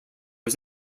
his